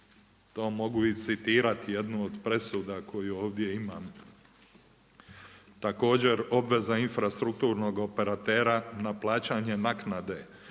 To mogu i citirati jednu od presuda koju ovdje imam. Također, obveza infrastrukturnog operatera, na plaćanje naknade